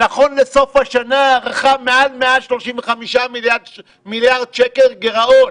נכון לסוף השנה הערכה היא מעל 135 מיליארד שקל גירעון.